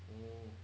oo